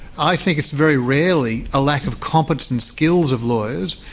i think it's very rarely a lack of competent and skills of lawyers,